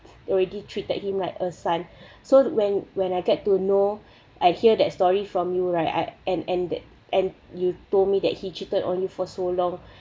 already treated him like a son so when when I get to know I hear that story from you right I and and that and you told me that he cheated on you for so long